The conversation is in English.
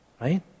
Right